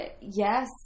Yes